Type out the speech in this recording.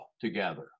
together